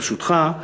ברשותך,